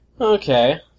Okay